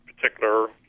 particular